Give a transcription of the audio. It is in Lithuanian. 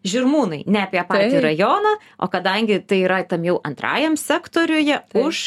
žirmūnai ne apie patį rajoną o kadangi tai yra tam jau antrajam sektoriuje už